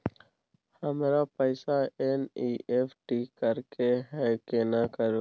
हमरा पैसा एन.ई.एफ.टी करे के है केना करू?